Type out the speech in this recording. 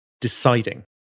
deciding